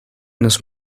nos